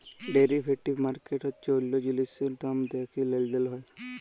derivative market হচ্যে অল্য জিলিসের দাম দ্যাখে লেলদেল হয়